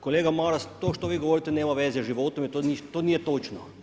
Kolega Maras to što vi govorite, nema veze s životom, jer to nije točno.